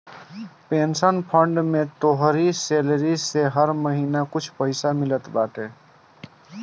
pension fund में तोहरी salary से हर महिना कुछ पईसा मिलत बाटे